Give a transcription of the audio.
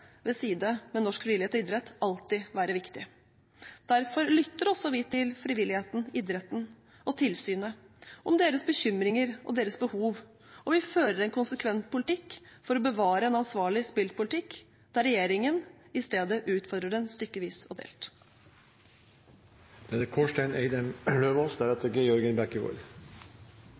med norsk frivillighet og idrett alltid være viktig. Derfor lytter også vi til frivilligheten, idretten og tilsynet når det gjelder deres bekymringer og deres behov, og vi fører en konsekvent politikk for å bevare en ansvarlig spillpolitikk, der regjeringen i stedet utfører den stykkevis og